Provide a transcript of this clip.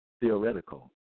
theoretical